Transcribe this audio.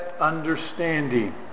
understanding